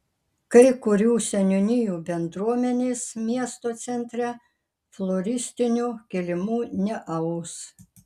kai kurių seniūnijų bendruomenės miesto centre floristinių kilimų neaus